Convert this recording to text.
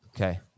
Okay